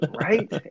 Right